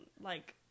like-